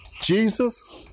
Jesus